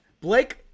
Blake